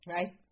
Right